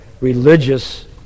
religious